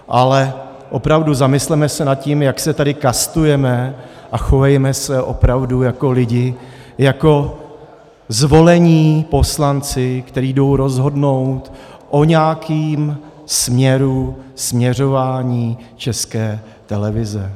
Ale opravdu, zamysleme se nad tím, jak se tady kastujeme, a chovejme se opravdu jako lidi, jako zvolení poslanci, kteří jdou rozhodnout o nějakém směru, směřování České televize.